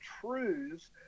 truths